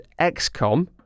XCOM